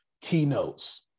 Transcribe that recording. keynotes